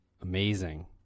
Amazing